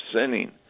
sinning